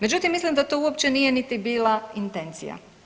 Međutim, mislim da to uopće niti nije bila intencija.